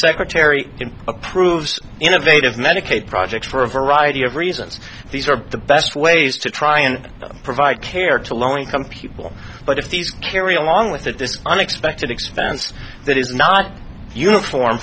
secretary approves innovative medicaid projects for a variety of reasons these are the best ways to try and provide care to low income people but if these carry along with that this unexpected expense that is not uniform